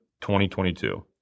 2022